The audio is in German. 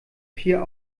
vier